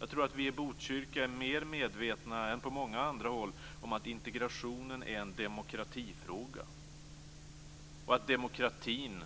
Jag tror att vi i Botkyrka är mer medvetna än man är på många andra håll om att integrationen är en demokratifråga, att demokratin